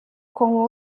com